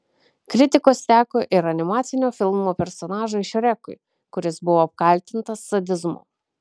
kritikos teko ir animacinio filmo personažui šrekui kuris buvo apkaltintas sadizmu